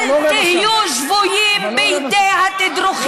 תביאו אלטרנטיבה,